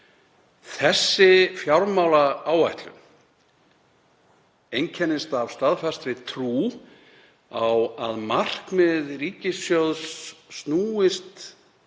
Þessi fjármálaáætlun einkennist af staðfastri trú á að markmið ríkissjóðs snúist